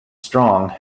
strong